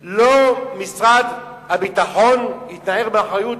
ושמשרד הביטחון לא יתנער מאחריות,